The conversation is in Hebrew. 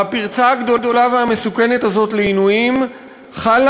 והפרצה הגדולה והמסוכנת הזאת לעינויים חלה